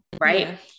Right